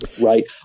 right